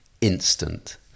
instant